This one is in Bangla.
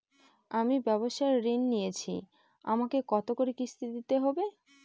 আমি ব্যবসার ঋণ নিয়েছি আমাকে কত করে কিস্তি দিতে হবে?